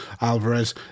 Alvarez